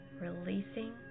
releasing